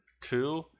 Two